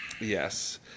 yes